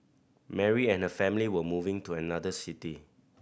Mary and her family were moving to another city